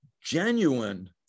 genuine